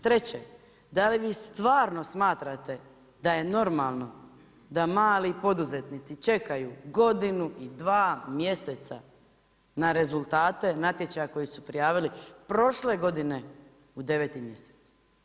Treće, da li vi stvarno smatrate, da je normalno, da mali poduzetnici čekaju godinu i 2 mjeseca na rezultate natječaja koje su prijavili prošle godine u 9. mjesec.